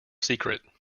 secret